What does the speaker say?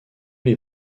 les